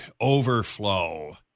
Overflow